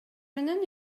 менен